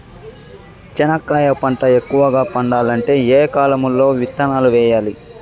చెనక్కాయ పంట ఎక్కువగా పండాలంటే ఏ కాలము లో విత్తనాలు వేయాలి?